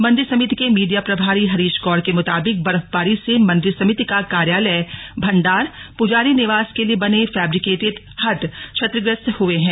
मंदिर समिति के मीडिया प्रभारी हरीश गौड़ के मुताबिक बर्फबारी से मंदिर समिति का कार्यालय भंडार पुजारी निवास के लिए बने फैब्रिकेटेड हट क्षतिग्रस्त हुए हैं